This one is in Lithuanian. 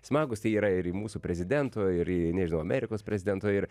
smagūs tai yra ir į mūsų prezidento ir į nežinau amerikos prezidento ir